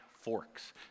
forks